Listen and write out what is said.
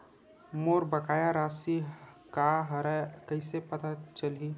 मोर बकाया राशि का हरय कइसे पता चलहि?